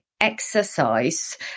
Exercise